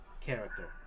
character